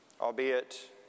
albeit